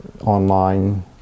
online